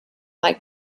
like